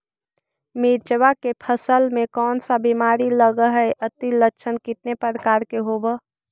मीरचा के फसल मे कोन सा बीमारी लगहय, अती लक्षण कितने प्रकार के होब?